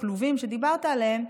הכלובים שדיברת עליהם,